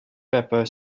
pepper